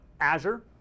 Azure